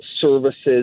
services